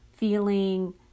feeling